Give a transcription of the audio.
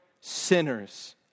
sinners